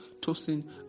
tossing